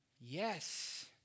Yes